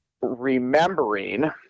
remembering